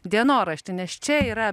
dienoraštį nes čia yra